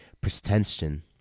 pretension